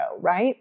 right